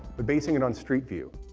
but basing it on street view.